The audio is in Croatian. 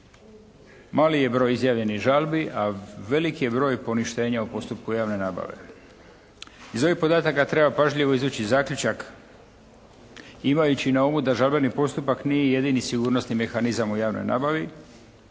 Mali je broj izjavljenih žalbi, a veliki je broj poništenja u postupku javne nabave. Iz ovih podataka treba pažljivo izvući zaključak, imajući na umu da žalbeni postupak nije jedini sigurnosni mehanizam u javnoj nabavi,